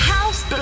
House